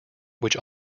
which